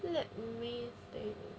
let me think